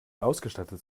ausgestattet